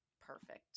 perfect